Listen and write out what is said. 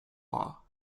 law